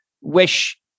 wish